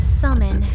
summon